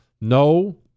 No